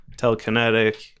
telekinetic